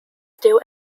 still